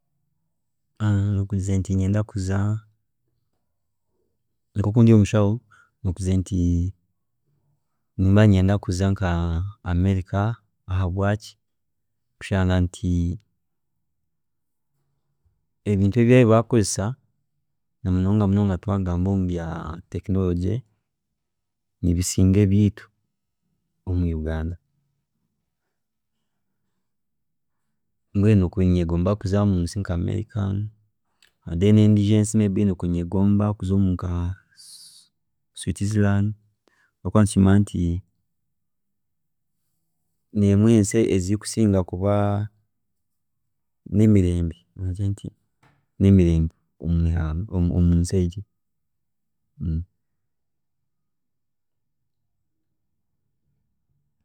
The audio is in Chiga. Nkugizire nti ninyenda kuzai, nkoku ndi omushaho, nkugizire nti ninyenda kuza America ahabwaki, kushanga nti ebintu ebyabo ebi bakukozesa namunonga munonga twagamba omu bya technology, nibisinga ebyeitu omu Uganda, mbwenu nokubiire ninyegomba omunsi nka America, then ensi endiijo ensi eyi nkubiire ninyegomba okuzamu ni nka Switzerland habwokuba nti kimanya nti niyo nemwe ensi ezikusinga kuba nemirembe nemirembe omu- omunsi egi.